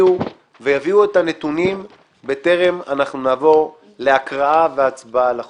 יגיעו ויביאו את הנתונים בטרם נעבור להקראה ולהצבעה על החוק.